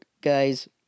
guys